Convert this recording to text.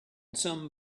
some